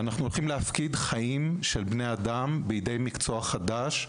אנחנו הולכים להפקיד חיים של בני אדם בידי מקצוע חדש,